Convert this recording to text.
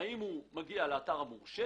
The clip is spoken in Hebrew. אם הוא מגיע לאתר המורשה